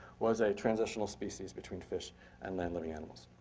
was a transitional species between fish and land living animals.